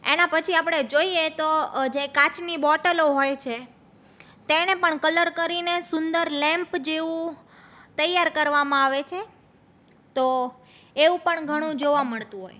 એના પછી આપણે જોઈએ તો જે કાચની બોટલો હોય છે તેને પણ કલર કરીને સુંદર લેમ્પ જેવું તૈયાર કરવામાં આવે છે તો એવું પણ ઘણું જોવા મળતું હોય